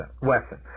Wesson